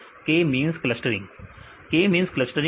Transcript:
विद्यार्थी k means clustering k means clustering